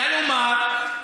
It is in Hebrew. כלומר,